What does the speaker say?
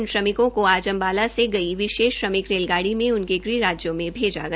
इन श्रमिकों को आज अम्बाला से गई विशेष श्रमिक रेलगाड़ी से उनके गृह राज्यों में भेजा गया